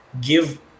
give